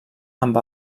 amb